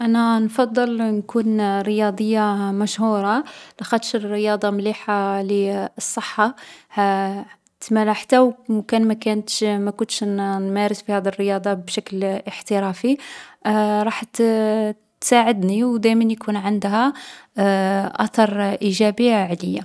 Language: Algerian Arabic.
أنا نخيّر نكون فنان معروف خير من سبورتيف مشهور لاخاطش نبغي الفن و الموسيقى. و من نكون فنانة، نولي نقدر نعبّر على مشاعري من خلال الـ الموسيقى لي نديرها.